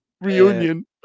reunion